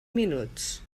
minuts